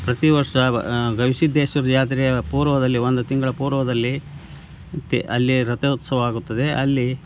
ಪ್ರತೀ ವರ್ಷ ಬ ಗವಿಸಿದ್ಧೇಶ್ವರ ಜಾತ್ರೆಯ ಪೂರ್ವದಲ್ಲಿ ಒಂದು ತಿಂಗಳು ಪೂರ್ವದಲ್ಲಿ ತ್ಯ ಅಲ್ಲಿ ರಥೋತ್ಸವ ಆಗುತ್ತದೆ ಅಲ್ಲಿ